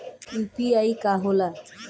UPI का होला?